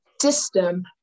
System